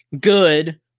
good